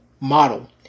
model